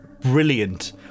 brilliant